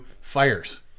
fires